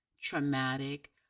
traumatic